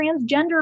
transgender